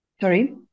Sorry